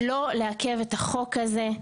לא לעכב את החוק הזה,